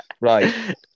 right